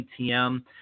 ATM